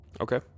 okay